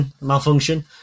malfunction